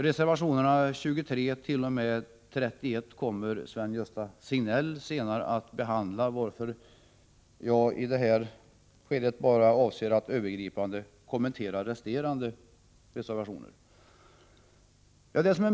Reservationerna 23-31 kommer Sven-Gösta Signell senare att behandla, varför jag i detta skede endast avser att övergripande kommentera resterande reservationer.